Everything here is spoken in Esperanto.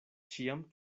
ĉiam